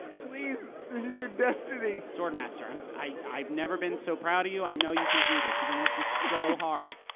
please, this is your destiny. sword master, um i've never been so proud of you, i know you can do this. you've been working so hard.